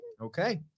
Okay